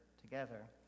together